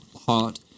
hot